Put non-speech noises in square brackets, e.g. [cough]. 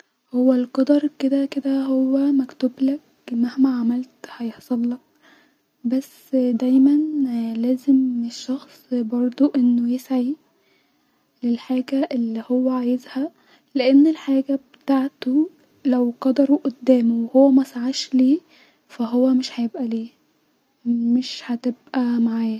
هو القدر كدا كدا-هو مكتوبلك-مهما عملن هيحصلك-بس ديما لاز-م [hesitation] الشخ-ص بردو انو يسعي-الحاجه الي هو عايزها-لان الحاجه بتاعتو لو قدرو وهو مسعاش ليه-فا هو مش هيبقي ليه-مش هبقي-معاه